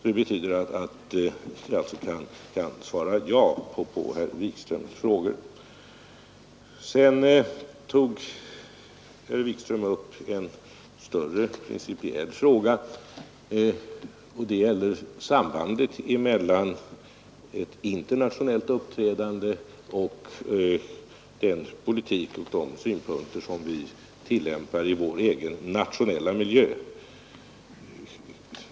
Detta betyder att jag kan svara ja på herr Wikströms frågor. Herr Wikström tog sedan upp en större principiell fråga, nämligen sambandet mellan internationellt uppträdande och den politik och de synpunkter som vi tillämpar i vår egen nationella miljö.